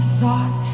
thought